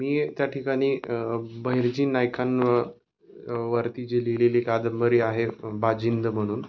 मी त्या ठिकाणी बहिर्जी नायकां वरती जी लिहिलेली कादंबरी आहे बाजिंद म्हणून